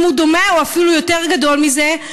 אם הוא דומה או אפילו יותר גדול מזה,